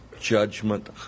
judgment